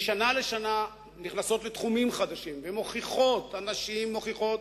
משנה לשנה הן נכנסות לתחומים חדשים ומוכיחות שאין